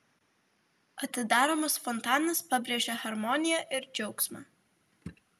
atidaromas fontanas pabrėžia harmoniją ir džiaugsmą